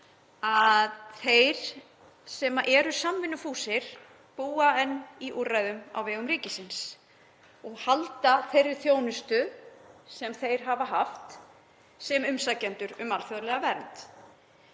að þeir sem eru samvinnufúsir búa enn í úrræðum á vegum ríkisins og halda þeirri þjónustu sem þeir hafa haft sem umsækjendur um alþjóðlega vernd.